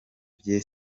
bye